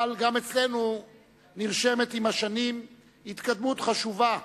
אבל גם אצלנו נרשמת עם השנים התקדמות חשובה